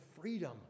freedom